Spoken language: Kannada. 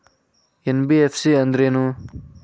ಎನ್.ಬಿ.ಎಫ್.ಸಿ ಅಂದ್ರೇನು?